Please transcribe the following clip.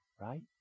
right